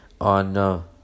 On